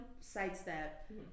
sidestep